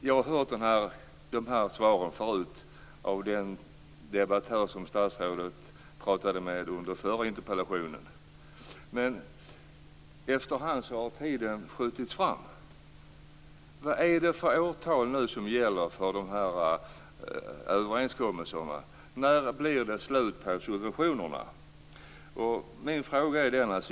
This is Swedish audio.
Jag har hört de här svaren förut av den debattör som statsrådet pratade med om den förra interpellationen. Efterhand har tidpunkten skjutits fram. Vad är det för årtal som gäller nu för dessa överenskommelser? När blir det slut på subventionerna?